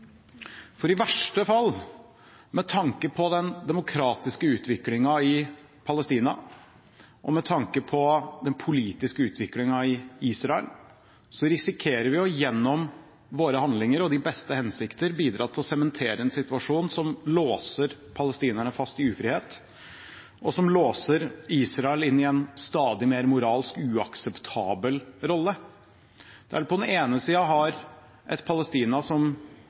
hensikter i verste fall å bidra til å sementere en situasjon som låser palestinerne fast i ufrihet, og som låser Israel inn i en stadig mer moralsk uakseptabel rolle. Der har vi på den ene siden et Palestina som